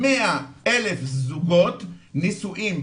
100 אלף זוגות נשואים,